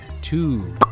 two